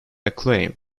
acclaim